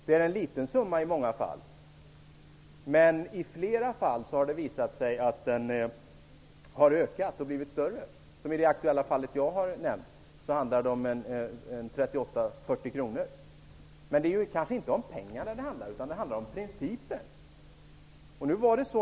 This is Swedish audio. Det handlar i många fall om en liten summa, men i flera fall har det visat sig att den har ökat. I det aktuella fall, som jag nämnde, handlar det om 38--40 kronor. Men det handlar egentligen inte om pengarna, utan det handlar om principen.